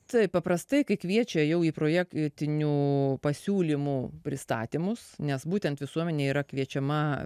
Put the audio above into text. taip paprastai kai kviečia jau į projektinių pasiūlymų pristatymus nes būtent visuomenė yra kviečiama